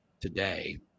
today